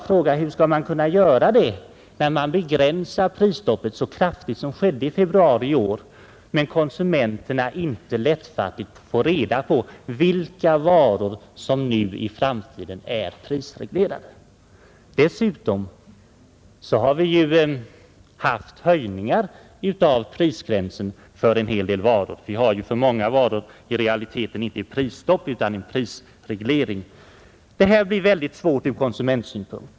Men hur kan de göra det när man begränsar prisstoppet så kraftigt som skedde i februari i år utan att konsumenterna på ett lättfattligt sätt får reda på vilka varor som i framtiden är prisreglerade? Dessutom har prisgränsen för en hel del varor höjts — för många varor är det i realiteten inte något prisstopp vi har utan en prisreglering. Detta förhållande skapar svårigheter ur konsumentsynpunkt.